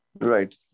Right